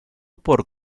por